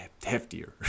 heftier